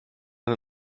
der